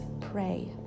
pray